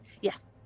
Yes